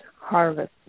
harvest